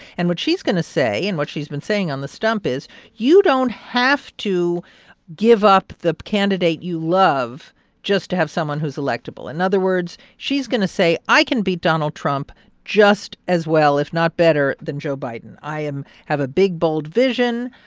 and what she's going to say and what she's been saying on the stump is you don't have to give up the candidate you love just to have someone who's electable. in other words, she's going to say i can beat donald trump just as well, if not better, than joe biden. i am have a big, bold vision.